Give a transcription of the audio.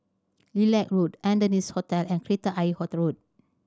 Lilac Road Adonis Hotel and Kreta Ayer Road